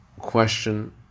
question